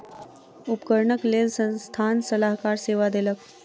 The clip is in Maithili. उपकरणक लेल संस्थान सलाहकार सेवा देलक